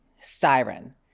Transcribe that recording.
Siren